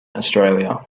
australia